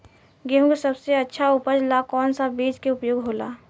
गेहूँ के सबसे अच्छा उपज ला कौन सा बिज के उपयोग होला?